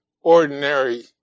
ordinary